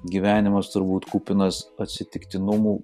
gyvenimas turbūt kupinas atsitiktinumų